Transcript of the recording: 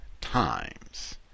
times